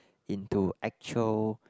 into actual